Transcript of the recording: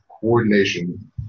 coordination